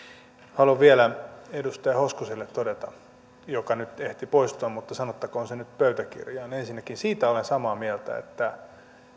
haluan vielä edustaja hoskoselle todeta joka nyt ehti poistua mutta sanottakoon se nyt pöytäkirjaan ensinnäkin siitä olen samaa mieltä että